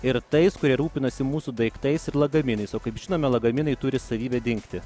ir tais kurie rūpinasi mūsų daiktais ir lagaminais o kaip žinome lagaminai turi savybę dingti